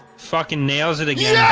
fucking nails it again